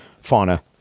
fauna